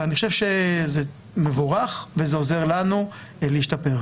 ואני חושב שזה מבורך וזה עוזר לנו להשתפר.